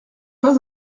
pas